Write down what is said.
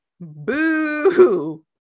Boo